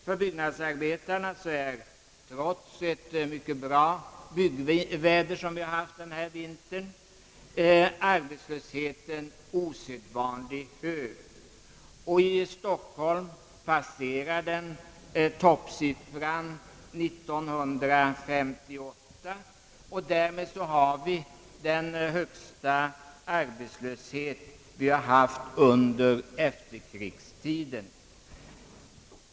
För byggnadsarbetarna är arbetslösheten osedvanligt hög trots det mycket goda byggväder som har rått denna vinter. I Stockholm passerar arbetslösheten toppsiffran från år 1958, och därmed har vi nu den högsta arbetslöshet som vi har haft under efterkrigstiden.